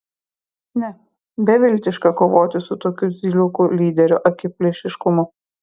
ne beviltiška kovoti su tokiu zyliukų lyderio akiplėšiškumu